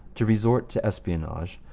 to resort to espionage,